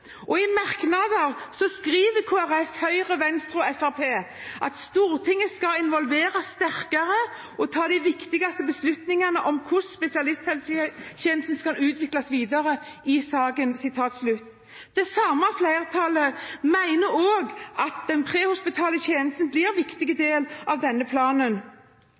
skriver Høyre, Fremskrittspartiet, Kristelig Folkeparti og Venstre: Stortinget skal involveres sterkere i å ta de viktigste beslutningene om hvordan spesialisthelsetjenesten skal utvikles.» Det samme flertallet mener òg at den prehospitale tjenesten blir en viktig del av denne planen.